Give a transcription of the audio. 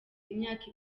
imyaka